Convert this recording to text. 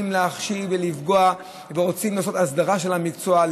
להכשיל ולפגוע ורוצים לעשות הסדרה של המקצוע,